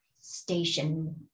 station